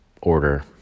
order